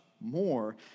more